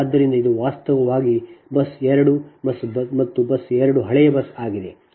ಆದ್ದರಿಂದ ಇದು ವಾಸ್ತವವಾಗಿ ಬಸ್ 2 ಮತ್ತು ಬಸ್ 3 ಹಳೆಯ ಬಸ್ ಆಗಿದೆ